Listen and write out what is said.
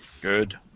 Good